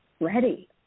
ready